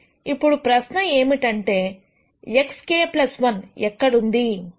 ఇప్పుడు ప్రశ్న ఏమిటంటే xk 1 ఎక్కడ ఉంది అని